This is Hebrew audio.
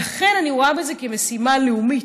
אני רואה בזה משימה לאומית,